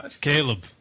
Caleb